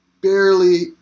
barely